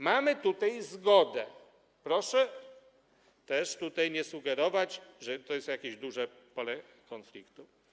Mamy tutaj zgodę, proszę tutaj nie sugerować, że to jest jakieś duże pole konfliktu.